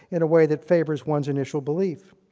in a way that favors one's initial belief.